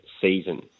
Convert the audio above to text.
season